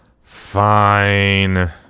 Fine